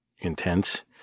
intense